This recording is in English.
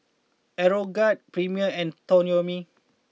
Aeroguard Premier and Toyomi